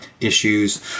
issues